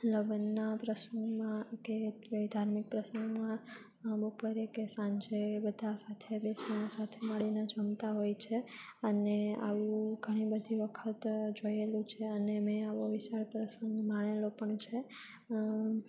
લગ્નના પ્રસંગમાં કે ધાર્મિક પ્રસંગમાં બપોરે કે સાંજે બધા સાથે જ બેસીને સાથે મળીને જમતા હોય છે અને આવું ઘણી બધી વખત જોયેલું છે અને મેં આવા બીજા પ્રસંગ માણેલા પણ છે